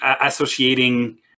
associating